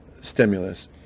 stimulus